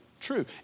true